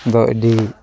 ᱫᱚ ᱟᱹᱰᱤ